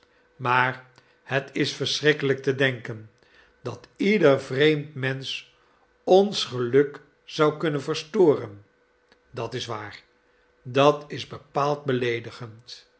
maar het is verschrikkelijk te denken dat ieder vreemd mensch ons geluk zou kunnen verstoren dat is waar dat is bepaald beleedigend